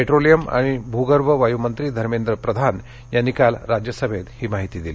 petroleum आणि भूगर्भ वायूमंत्री धर्मेंद्र प्रधान यांनी काल राज्यसभेत ही माहिती दिली